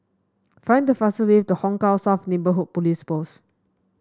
find the fastest way to Hong Kah South Neighbourhood Police Post